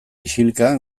isilka